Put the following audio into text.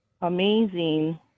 amazing